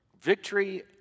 Victory